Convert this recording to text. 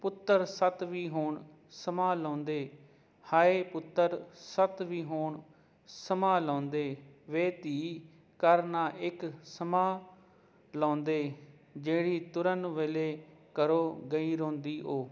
ਪੁੱਤਰ ਸੱਤ ਵੀ ਹੋਣ ਸਮਾ ਲਾਉਂਦੇ ਹਾਏ ਪੁੱਤਰ ਸੱਤ ਵੀ ਹੋਣ ਸਮਾਂ ਲਾਉਂਦੇ ਵੇ ਧੀ ਕਰਨਾ ਇੱਕ ਸਮਾਂ ਲਾਉਂਦੇ ਜਿਹੜੀ ਤੁਰਨ ਵੇਲੇ ਘਰੋਂ ਗਈ ਰੋਂਦੀ ਉਹ